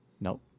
Nope